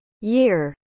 year